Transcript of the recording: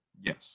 Yes